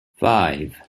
five